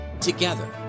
together